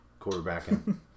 quarterbacking